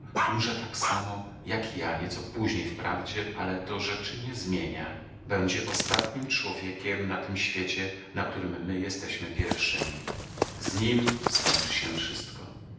umrze tak samo jak ja nieco później wprawdzie ale to rzeczy nie zmienia będzie ostatnim człowiekiem na tym świecie na którym my jesteśmy pierwszymi z nim skończy się wszystko